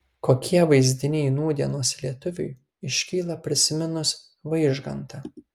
kokie vaizdiniai nūdienos lietuviui iškyla prisiminus vaižgantą